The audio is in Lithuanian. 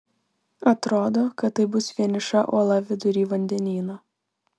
atrodo kad tai bus vieniša uola vidury vandenyno